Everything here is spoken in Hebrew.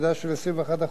ירידה של 21%,